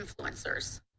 influencers